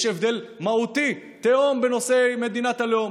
יש הבדל מהותי, תהום, בנושא מדינת הלאום.